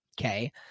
Okay